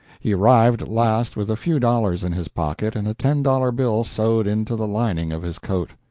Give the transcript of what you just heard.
he arrived at last with a few dollars in his pocket and a ten-dollar bill sewed into the lining of his coat.